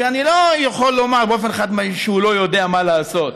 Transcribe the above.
אני לא יכול לומר באופן חד-משמעי שהוא לא יודע מה לעשות,